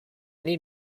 need